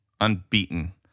Unbeaten